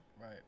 Right